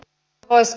l pois